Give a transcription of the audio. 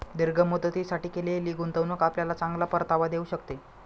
दीर्घ मुदतीसाठी केलेली गुंतवणूक आपल्याला चांगला परतावा देऊ शकते